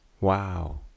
Wow